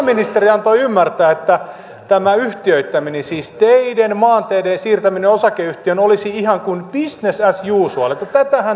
pääministeri antoi ymmärtää että tämä yhtiöittäminen siis teiden maanteiden siirtäminen osakeyhtiöön olisi ihan kuin business as usual että tätähän tehdään